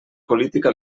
política